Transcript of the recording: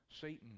Satan